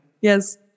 Yes